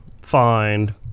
find